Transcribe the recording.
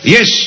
Yes